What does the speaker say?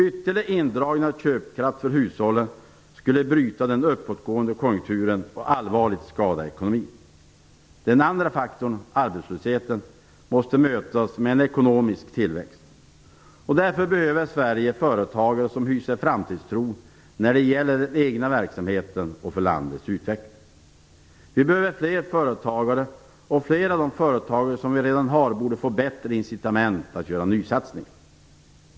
Ytterligare indragningar av köpkraften för hushållen skulle bryta den uppåtgående konjunkturen och allvarligt skada ekonomin. Den andra faktorn, arbetslösheten, måste mötas med en ekonomisk tillväxt. Därför behöver Sverige företagare som hyser framtidstro när det gäller den egna verksamheten och för landets utveckling. Vi behöver fler företagare, och fler av de företagare som vi redan har borde få bättre incitament att göra nysatsningar.